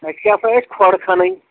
اَسہِ کیٛاہ سا ٲسۍ کھۄڈ کھنٕنۍ